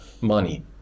money